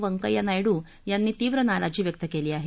व्यंकैय्या नायडू यांनी तीव्र नाराजी व्यक्त केली आहे